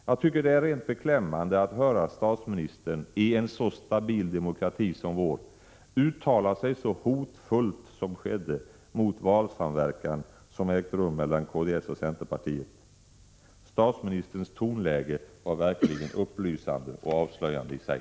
Jag tycker att det är rent beklämmande att höra statsministern i en så stabil demokrati som vår uttala sig så hotfullt som skedde mot den valsamverkan som ägt rum mellan kds och centerpartiet. Statsministerns tonläge var verkligen upplysande och avslöjande i sig.